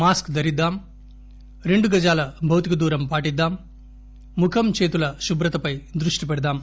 mask ధరిద్దాం రెండు గజాల భౌతిక దూరం పాటిద్దాం ముఖం చేతుల శుభ్రతపై దృష్టి పెడదాం